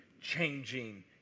changing